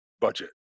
budget